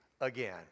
again